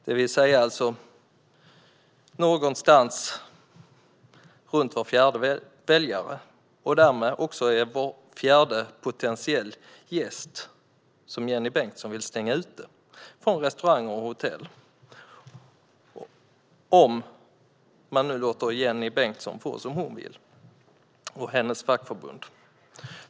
Det innebär att det är ungefär var fjärde väljare, och därmed också var fjärde potentiell gäst, som Jenny Bengtsson vill stänga ute från restauranger och hotell. Så blir det om hon och hennes fackförbund får som de vill.